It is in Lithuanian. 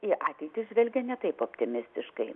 į ateitį žvelgia ne taip optimistiškai